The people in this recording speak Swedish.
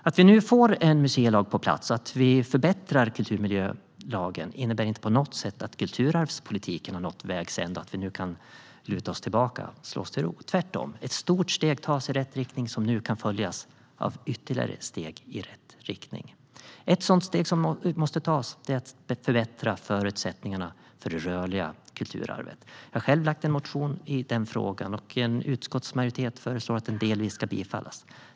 Att vi nu får en museilag på plats och att vi förbättrar kulturmiljölagen innebär inte på något sätt att kulturarvspolitiken har nått vägs ände och att vi nu kan luta oss tillbaka och slå oss till ro. Tvärtom! Ett stort steg tas i rätt riktning som nu kan följas av ytterligare steg i rätt riktning. Ett sådant steg som måste tas är att förbättra förutsättningarna för det rörliga kulturarvet. Jag har själv väckt en motion i frågan, och en utskottsmajoritet föreslår att den delvis ska bifallas.